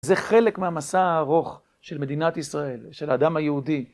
זה חלק מהמסע הארוך של מדינת ישראל, של האדם היהודי.